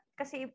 kasi